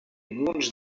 munts